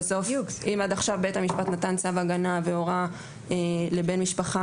אם עד עכשיו בית המשפט נתן צו הגנה והורה לבן משפחה